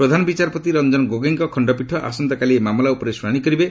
ପ୍ରଧାନ ବିଚାରପତି ରଞ୍ଜନ ଗୋଗୋଇଙ୍କ ଖଣ୍ଡପୀଠ ଆସନ୍ତାକାଲି ଏହି ମାମଲା ଉପରେ ଶ୍ରଣାଣି କରିବେ